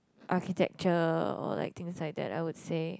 architecture or like things like that I would say